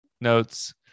notes